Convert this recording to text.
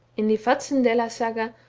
in the vatnsdsela saga,